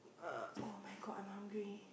err oh-my-God I'm hungry